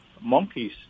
monkeys